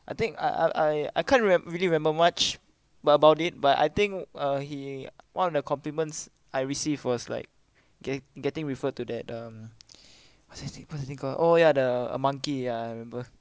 I think I I I can't really remember much but about it but I think uh he one of the compliments I received was like ge~ getting referred to that um what's that thing what's that thing called oh ya the a monkey ya I remember